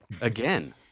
Again